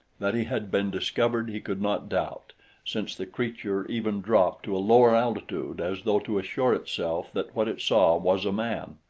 that he had been discovered he could not doubt since the creature even dropped to a lower altitude as though to assure itself that what it saw was a man.